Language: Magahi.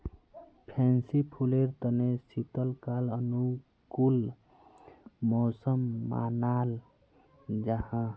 फैंसी फुलेर तने शीतकाल अनुकूल मौसम मानाल जाहा